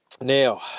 now